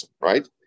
right